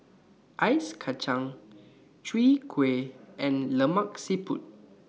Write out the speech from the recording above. Ice Kacang Chwee Kueh and Lemak Siput